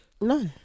No